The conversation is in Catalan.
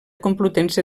complutense